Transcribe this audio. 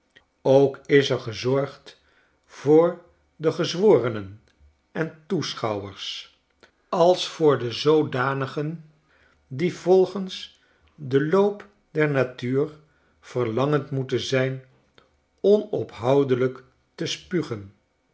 ook is er gezorgd voor de gezworenen en toeschouwers als voor de zoodanigen die volgens den loop der natuur verlangend moeten zijn onophoudelijk te spugen